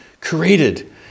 created